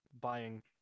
buying